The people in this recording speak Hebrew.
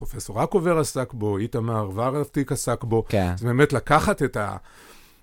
פרופסור עקובר עסק בו, איתמר ורלתיק עסק בו. כן. זה באמת לקחת את ה...